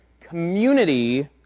community